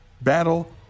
Battle